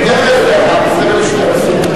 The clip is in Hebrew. משרד התקשורת.